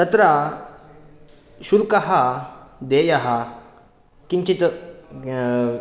तत्र शुल्कः देयः किञ्चित्